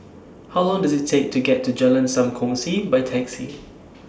How Long Does IT Take to get to Jalan SAM Kongsi By Taxi